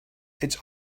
its